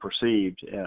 perceived